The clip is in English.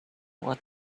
what